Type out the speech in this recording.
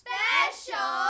Special